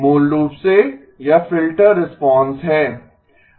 मूल रूप से यह फ़िल्टर रिस्पांस है